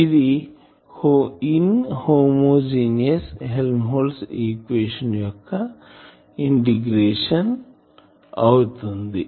ఇది inhomogeneous Helmholtz equation యొక్క integration అవుతుంది